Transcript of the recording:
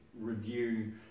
review